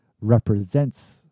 represents